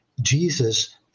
Jesus